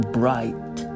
bright